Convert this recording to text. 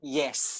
yes